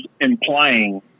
implying